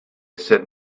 said